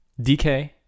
DK